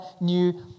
new